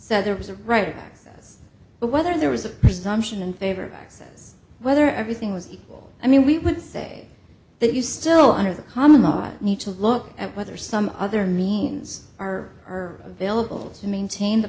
said there was a right but whether there was a presumption in favor says whether everything was equal i mean we would say that you still under the common law i need to look at whether some other means are available to maintain the